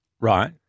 Right